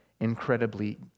incredibly